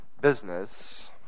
business